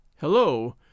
Hello